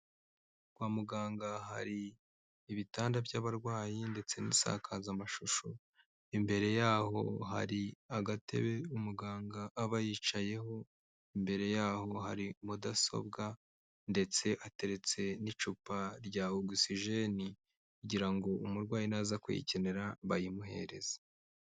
Kwa muganga hari ibitanda by'abarwayi ndetse n'insakazamashusho, imbere yaho hari agatebe umuganga aba yicayeho, imbere yaho hari mudasobwa ndetse hateretse n'icupa rya ogisijeni kugira ngo umurwayi naza kuyikenera bayimuhereza.